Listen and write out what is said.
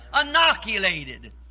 inoculated